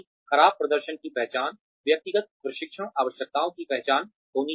खराब प्रदर्शन की पहचान व्यक्तिगत प्रशिक्षण आवश्यकताओं की पहचान होनी चlहिए